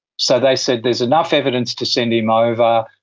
so they said there is enough evidence to send him over,